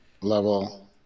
level